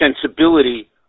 sensibility